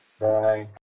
Bye